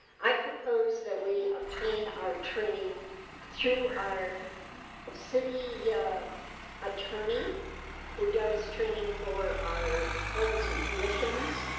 i propose that we obtain our training through our city yeah attorney who does training for our boards and commissions.